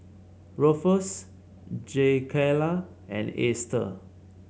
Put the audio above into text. Rufus Jakayla and Easter